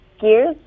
Gears